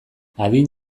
adin